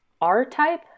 R-Type